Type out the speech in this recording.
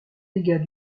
dégâts